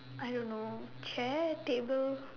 I don't know chair table